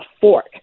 fork